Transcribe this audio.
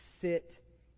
sit